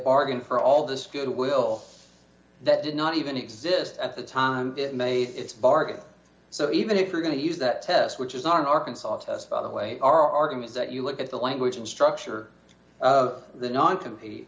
bargained for all this good will that did not even exist at the time it made its bargain so even if you're going to use that test which is not in arkansas by the way are arguments that you look at the language and structure of the non compete